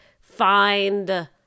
find